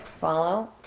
Follow